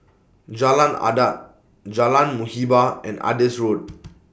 Jalan Adat Jalan Muhibbah and Adis Road